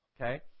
Okay